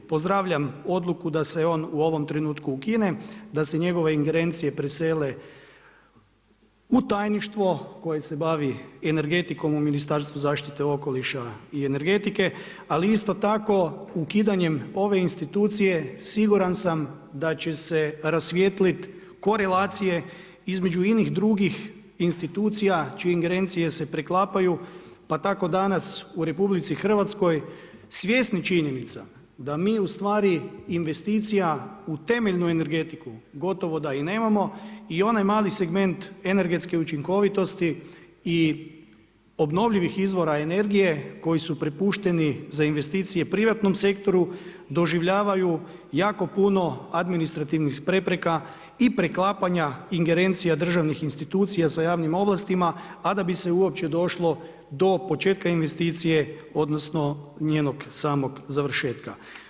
Pozdravljam odluku da se on u ovom trenutku ukine, da se njegove ingerencije preseli u tajništvo koje se bavi energetikom u Ministarstvo zaštite okoliša i energetike ali isto tako ukidanjem ove institucije siguran sam da će se rasvijetliti korelacije između inih drugih institucija čije ingerencije se preklapaju pa tako danas u RJ, svjesni činjenica da mi ustvari investicija u temeljenu energetiku gotovo da i nemamo i onaj mali segment energetske učinkovitosti i obnovljivih izvora energije koji su prepušteni za investicije privatnom sektoru, doživljavaju jako puno administrativnih prepreka i preklapanja ingerencija državnih institucija sa javnim ovlastima a da bi se uopće došlo do početka investicije odnosno njenog samog završetka.